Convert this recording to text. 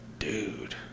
dude